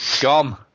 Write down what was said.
Gone